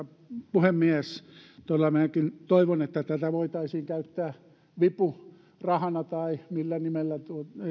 puhemies todella minäkin toivon että tätä voitaisiin käyttää vipurahana tai millä nimellä